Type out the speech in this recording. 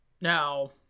Now